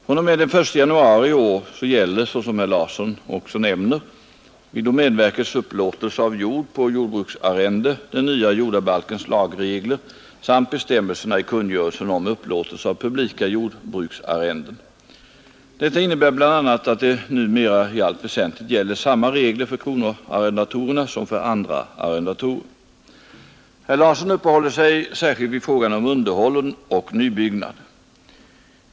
fr.o.m. den 1 januari i år gäller, såsom herr Larsson också nämner, vid domänverkets upplåtelser av jord på jordbruksarrende den nya jordabalkens lagregler samt bestämmelserna i kungörelsen om upplåtelse av publika jordbruksarrenden. Detta innebär bl.a. att det numera i allt väsentligt gäller samma regler för kronoarrendatorerna som för andra arrendatorer. Herr Larsson uppehåller sig särskilt vid frågan om underhåll och nybyggnad.